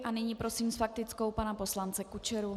A nyní prosím s faktickou pana poslance Kučeru.